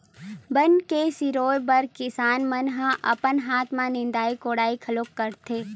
बन के सिरोय बर किसान मन ह अपन हाथ म निंदई कोड़ई घलो करथे